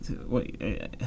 wait